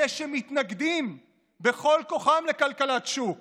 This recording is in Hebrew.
אלה שמתנגדים בכל כוחם לכלכלת שוק